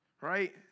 Right